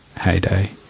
heyday